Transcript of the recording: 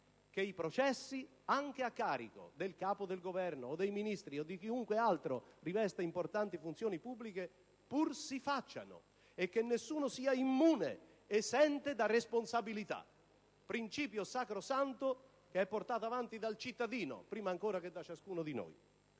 che i processi, anche a carico del capo del Governo o dei Ministri o di chiunque altro rivesta importanti funzioni pubbliche, pur si facciano e che nessuno sia immune, esente da responsabilità: è un principio sacrosanto, portato avanti dal cittadino prima ancora che da ciascuno di noi.